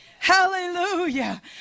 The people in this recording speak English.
Hallelujah